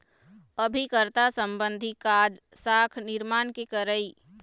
अभिकर्ता संबंधी काज, साख निरमान के करई